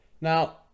Now